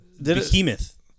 behemoth